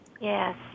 yes